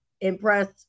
impressed